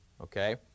Okay